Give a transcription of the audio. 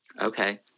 Okay